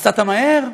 נסעת מהר.